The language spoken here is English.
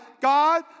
God